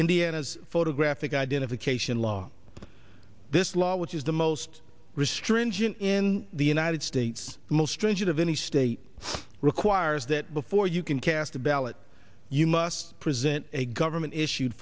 indiana's photographic identification law this law which is the most restriction in the united states the most stringent of any state requires that before you can cast a ballot you must present a government issued